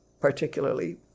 particularly